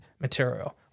material